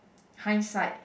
hindsight